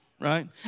Right